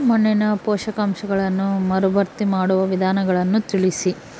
ಮಣ್ಣಿನ ಪೋಷಕಾಂಶಗಳನ್ನು ಮರುಭರ್ತಿ ಮಾಡುವ ವಿಧಾನಗಳನ್ನು ತಿಳಿಸಿ?